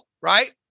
right